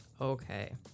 Okay